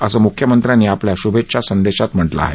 असं मुख्यमंत्र्यांनी आपल्या शुभेच्छा संदेशात म्हटलं आहे